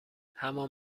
همان